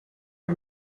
are